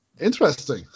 interesting